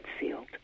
sealed